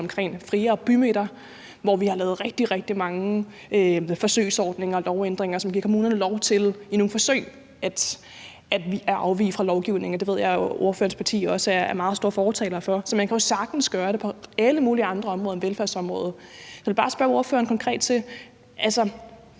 om friere bymidter, og hvor vi har lavet rigtig, rigtig mange forsøgsordninger og lovændringer, som giver kommunerne lov til i nogle forsøg at afvige fra lovgivningen. Det ved jeg jo at ordførerens parti også er meget store fortalere for. Så man kan jo sagtens gøre det på alle mulige andre områder end velfærdsområdet. Jeg vil bare spørge ordføreren om noget konkret.